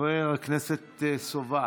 חבר הכנסת סובה,